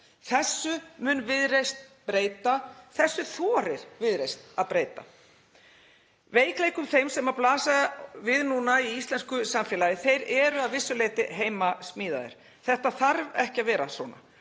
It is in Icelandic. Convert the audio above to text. Þessu mun Viðreisn breyta, þessu þorir Viðreisn að breyta. Veikleikar þeir sem blasa við í íslensku samfélagi eru að vissu leyti heimasmíðaðir. Þetta þarf ekki að vera svona.